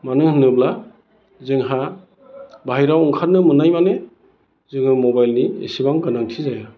मानो होनोब्ला जोंहा बाहेरायाव ओंखारनो मोननाय माने जोङो मबाइलनि इसिबां गोनांथि जाया